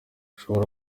ushobora